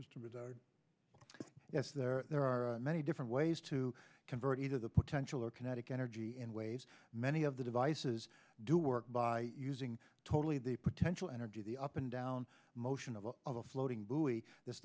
regard yes there are there are many different ways to convert either the potential or kinetic energy in ways many of the devices do work by using totally the potential energy the up and down motion of the of the floating buoy th